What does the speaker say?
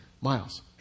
Miles